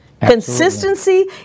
Consistency